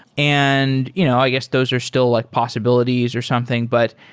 and you know i guess those are still like possibilities or something. but,